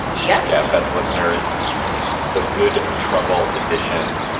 yeah gabfests listeners the good trouble addition.